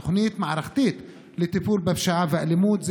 תוכנית מערכתית לטיפול בפשיעה ובאלימות.